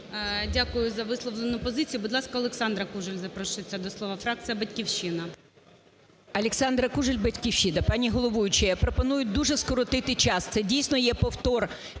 Дякую за висловлену позицію. Будь ласка, Олександра Кужель запрошується до слова, фракція "Батьківщина".